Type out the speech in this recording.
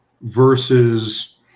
versus